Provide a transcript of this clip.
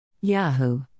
Yahoo